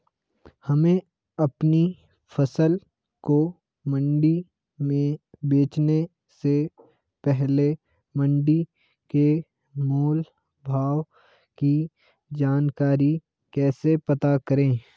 हमें अपनी फसल को मंडी में बेचने से पहले मंडी के मोल भाव की जानकारी कैसे पता करें?